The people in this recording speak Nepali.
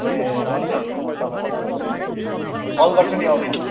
ए हुन्छ हुन्छ म तपाईँलाई भेट्छु नि कल गर्छु नि आउने दिन